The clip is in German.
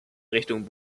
richtung